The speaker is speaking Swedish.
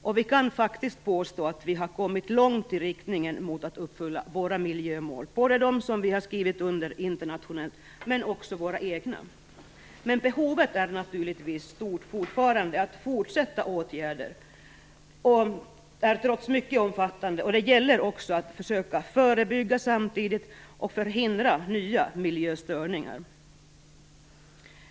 Och vi kan faktiskt påstå att vi har kommit långt i riktningen mot att uppfylla våra miljömål, både de som vi har skrivit under internationellt och våra egna. Men behovet är naturligtvis fortfarande stort att fortsätta vidta omfattande åtgärder. Det gäller också att samtidigt försöka förebygga och förhindra nya miljöstörningar.